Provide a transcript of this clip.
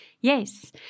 Yes